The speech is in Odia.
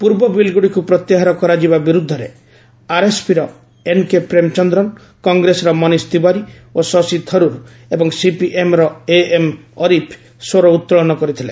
ପୂର୍ବ ବିଲ୍ଗୁଡ଼ିକୁ ପ୍ରତ୍ୟାହାର କରାଯିବା ବିରୁଦ୍ଧରେ ଆର୍ଏସ୍ପିର ଏନ୍କେ ପ୍ରେମଚନ୍ଦ୍ରନ କଂଗ୍ରେସର ମନିଶ ତିୱାରୀ ଓ ଶଶି ଥରୁର୍ ଏବଂ ସିପିଏମ୍ର ଏଏମ୍ ଅରିଫ୍ ସ୍ୱର ଉତ୍ତୋଳନ କରିଥିଲେ